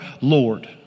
Lord